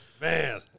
Man